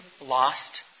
lost